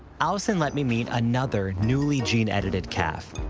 alison let me meet another, newly gene-edited calf.